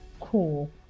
cool